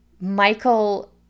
Michael